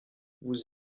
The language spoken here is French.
vous